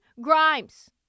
Grimes